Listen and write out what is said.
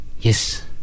Yes